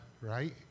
right